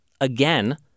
again